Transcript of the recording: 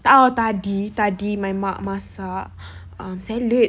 tadi tadi my mak masak um salad